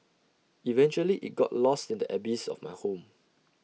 eventually IT got lost in the abyss of my home